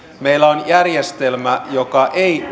meillä on järjestelmä joka ei